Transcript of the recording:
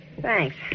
Thanks